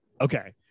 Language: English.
Okay